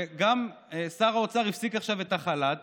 ושר האוצר גם הפסיק עכשיו את החל"ת,